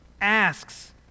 asks